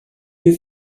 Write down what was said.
you